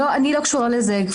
אני לא קשורה לזה.